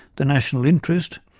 the national interest,